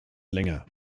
länger